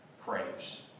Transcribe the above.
craves